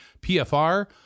PFR